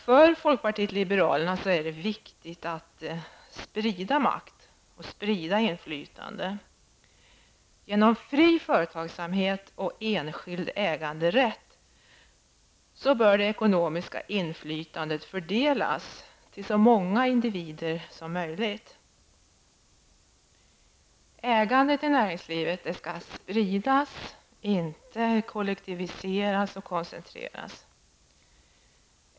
För folkpartiet liberalerna är det viktigt att sprida makt och inflytande. Genom fri företagsamhet och enskild äganderätt bör det ekonomiska inflytandet fördelas till så många individer som möjligt. Ägandet i näringslivet skall spridas, inte kollektiviseras och koncentreras.